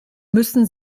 müssen